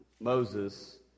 Moses